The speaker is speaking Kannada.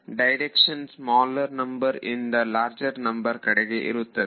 ಡೈರೆಕ್ಷನ್ ಸ್ಮಾಲರ್ ನಂಬರ್ ಇಂದ ಲಾರ್ಜರ್ ನಂಬರ್ ಕಡೆಗೆ ಇರುತ್ತದೆ